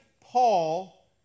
Paul